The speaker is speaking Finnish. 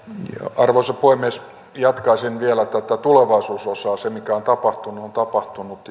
arvoisa puhemies jatkaisin vielä tätä tulevaisuusosaa se mikä on tapahtunut on tapahtunut